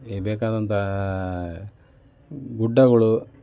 ಬೇಕಾದಂತಹ ಗುಡ್ಡಗಳು